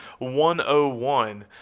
101